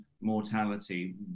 mortality